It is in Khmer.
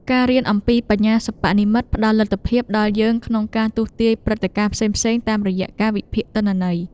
ការរៀនអំពីបញ្ញាសិប្បនិម្មិតផ្តល់លទ្ធភាពដល់យើងក្នុងការទស្សន៍ទាយព្រឹត្តិការណ៍ផ្សេងៗតាមរយៈការវិភាគទិន្នន័យ។